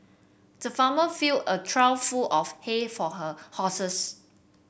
the farmer fill a trough full of hay for her horses